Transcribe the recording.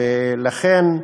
ולכן,